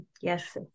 yes